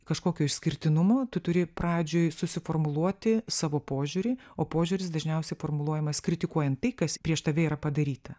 kažkokio išskirtinumo tu turi pradžioj susiformuluoti savo požiūrį o požiūris dažniausiai formuluojamas kritikuojant tai kas prieš tave yra padaryta